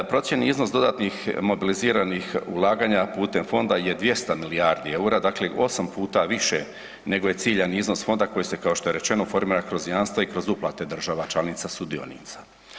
Procijenjen iznos dodatnih mobiliziranih ulaganja putem fonda je 200 milijardi EUR-a dakle 8 puta više nego ciljani iznos fonda koji se kao što je rečeno formira kroz jamstva i kroz uplate država članica sudionica.